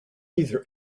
either